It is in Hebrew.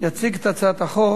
הצעת החוק